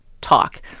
talk